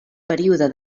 període